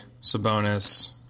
Sabonis